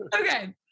Okay